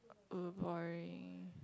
uh boring